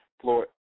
floor